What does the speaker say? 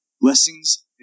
blessings